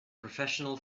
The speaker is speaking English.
professional